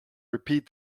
repeat